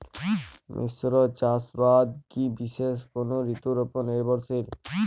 মিশ্র চাষাবাদ কি বিশেষ কোনো ঋতুর ওপর নির্ভরশীল?